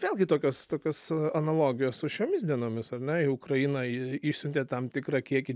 vėlgi tokios tokios analogijos su šiomis dienomis ar ne į ukrainą išsiuntė tam tikrą kiekį